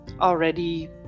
already